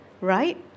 right